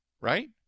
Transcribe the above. Right